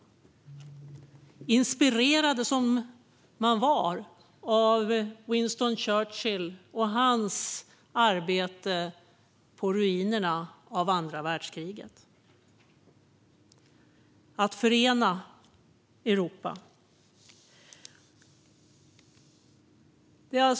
Man var inspirerad av Winston Churchill och hans arbete på ruinerna av andra världskriget för att förena Europa.